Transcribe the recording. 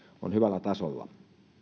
on hyvällä tasolla